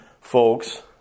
Folks